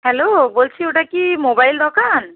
hello বলছি ওটা কি মোবাইল দোকান